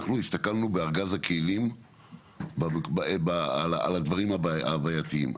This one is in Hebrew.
אנחנו הסתכלנו בארגז הכלים על הדברים הבעייתיים.